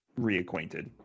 reacquainted